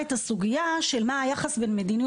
והייתי רוצה לשמוע גם את ההתייחסות של מירי.